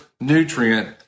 nutrient